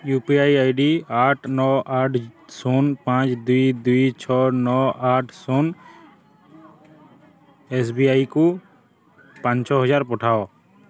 you P I I D ଆଠ ନଅ ଆଠ ଶୂନ ପାଞ୍ଚ ଦୁଇ ଦୁଇ ଛଅ ନଅ ଆଠ ଶୁଣ ଏସବିଆଇକୁ ପାଞ୍ଚହଜାର ପଠାଅ